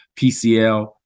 PCL